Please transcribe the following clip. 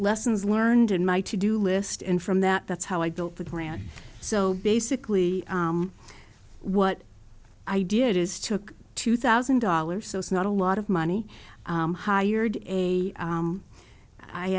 lessons learned in my to do list and from that that's how i built the plan so basically what i did is took two thousand dollars so it's not a lot of money hired a